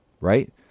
right